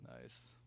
Nice